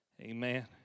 amen